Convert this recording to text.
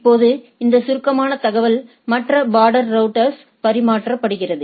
இப்போது இந்த சுருக்கமான தகவல் மற்ற பார்டர் ரவுட்டர்களுடன் பரிமாறப்படுகிறது